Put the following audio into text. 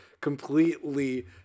completely